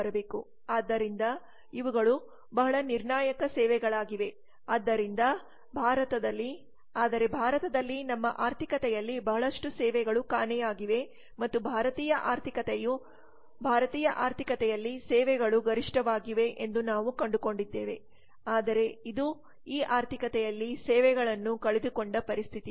ಆದ್ದರಿಂದ ಇವುಗಳು ಬಹಳ ನಿರ್ಣಾಯಕ ಸೇವೆಗಳಾಗಿವೆ ಆದರೆ ಭಾರತದಲ್ಲಿ ನಮ್ಮ ಆರ್ಥಿಕತೆಯಲ್ಲಿ ಬಹಳಷ್ಟು ಸೇವೆಗಳು ಕಾಣೆಯಾಗಿವೆ ಮತ್ತು ಭಾರತೀಯ ಆರ್ಥಿಕತೆಯು ಭಾರತೀಯ ಆರ್ಥಿಕತೆಯಲ್ಲಿ ಸೇವೆಗಳು ಗರಿಷ್ಠವಾಗಿದೆ ಎಂದು ನಾವು ಕಂಡುಕೊಂಡಿದ್ದೇವೆ ಆದರೆ ಇದು ಈ ಆರ್ಥಿಕತೆಯಲ್ಲಿ ಸೇವೆಗಳನ್ನು ಕಳೆದುಕೊಂಡ ಪರಿಸ್ಥಿತಿಯಾಗಿದೆ